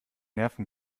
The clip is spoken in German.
nerven